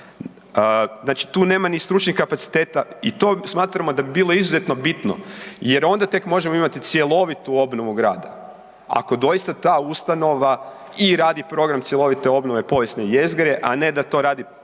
Znači tu nema ni stručnih kapaciteta i to smatramo da bi bilo izuzetno bitno jer onda tek možemo imati cjelovitu obnovu grada ako doista ta ustanova i radi program cjelovite obnove povijesne jezgre, a ne da to radi Zavod